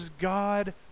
God